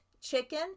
chicken